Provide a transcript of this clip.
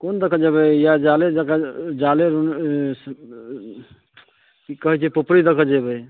कोनो दऽ के जेबै इएह जाले जाले की कहैत छै पुपरी दऽ के जेबै